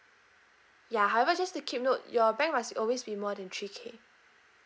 ya however just to keep note your bank must always be more than three K